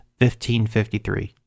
1553